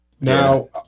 Now